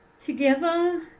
together